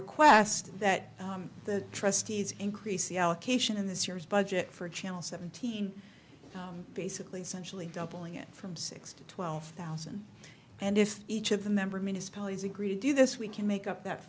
request that the trustees increase the allocation in this year's budget for channel seventeen basically sensually doubling it from six to twelve thousand and if each of the member municipalities agree to do this we can make up that